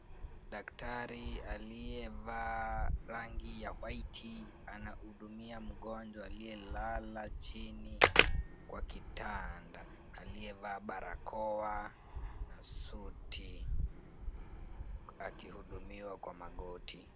Daktari aliyevaa rangi ya white anahudumia mgonjwa aliyelala chini kwa kitanda aliyevaa barakoa na suti akihudumiwa kwa magoti.